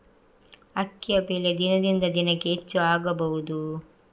ಅಕ್ಕಿಯ ಬೆಲೆ ದಿನದಿಂದ ದಿನಕೆ ಹೆಚ್ಚು ಆಗಬಹುದು?